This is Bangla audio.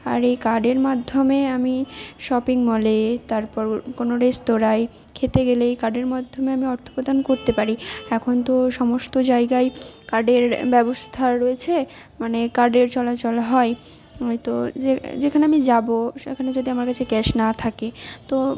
আর এই কার্ডের মাধ্যমে আমি শপিং মলে তারপর কোনো রেস্তোরাঁয় খেতে গেলে এই কার্ডের মাধ্যমে আমি অর্থপ্রদান করতে পারি এখন তো সমস্ত জায়গায় কার্ডের ব্যবস্থা রয়েছে মানে কার্ডের চলাচল হয় তো যেখানে আমি যাবো সেখানে যদি আমার কাছে ক্যাশ না থাকে তো